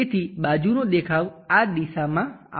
તેથી બાજુનો દેખાવ આ દિશામાં આવે છે